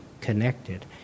connected